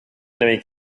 enemy